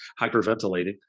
hyperventilating